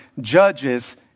judges